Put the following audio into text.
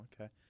okay